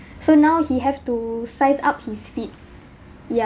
so now he have to size up his feet ya